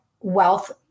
wealth